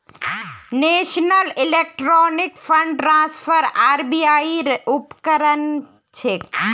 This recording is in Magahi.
national electronic fund transfer RBI ऐर उपक्रम छेक